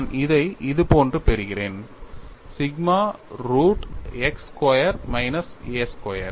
நான் இதை இதுபோன்று பெறுகிறேன் sigma root x square minus a square